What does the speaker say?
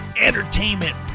entertainment